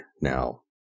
Now